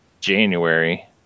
January